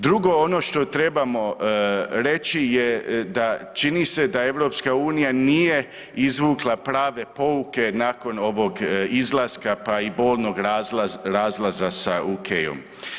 Drugo što trebamo reći je da čini se da EU nije izvukla prave pouke nakon ovog izlaska pa i bolnog razlaza sa UK-om.